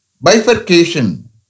Bifurcation